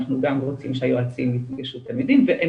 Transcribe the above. אנחנו גם רוצים שהיועצים יפגשו את התלמידים והם